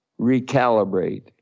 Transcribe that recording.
recalibrate